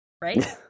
Right